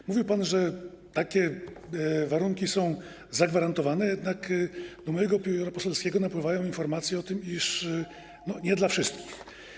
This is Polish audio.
Powiedział pan, że takie warunki są zagwarantowane, jednak do mojego biura poselskiego napływają informacje o tym, iż nie dla wszystkich.